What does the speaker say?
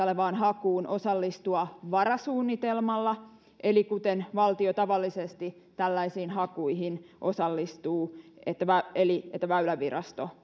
olevaan hakuun osallistua varasuunnitelmalla eli siten kuten valtio tavallisesti tällaisiin hakuihin osallistuu eli että väylävirasto